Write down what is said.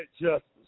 Justice